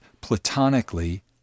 platonically